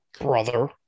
brother